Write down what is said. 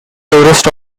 tourist